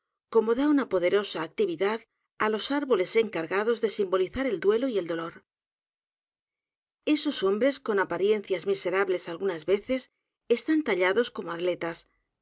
como da una poderosa actividad á los árboles encargados de simbolizar el duelo y el dolor e s o s hombres con apariencias miserables algunas veces están tallados como atletas